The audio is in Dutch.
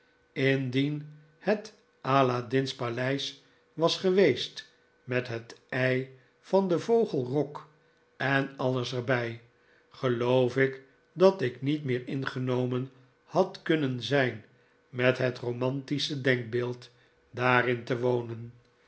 indien het aladdin's paleis was geweest met het ei van den vogel rok en alles er bij geloof ik dat ik niet meer ingenomen had kunnen zijn met het romantische denkbeeld daarin te wohen